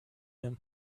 him